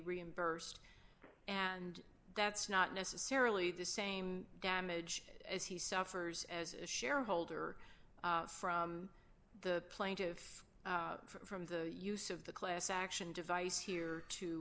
reimbursed and that's not necessarily the same damage as he suffers as a shareholder from the plaintiffs from the use of the class action device here to